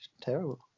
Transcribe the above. Terrible